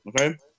okay